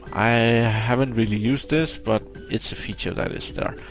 i haven't really used this, but it's a feature that is there.